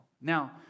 Now